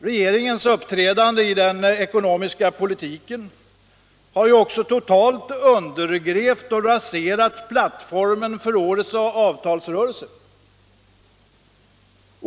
Regeringens uppträdande i den ekonomiska politiken har också totalt undergrävt och raserat plattformen för årets avtalsrörelse.